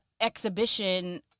exhibition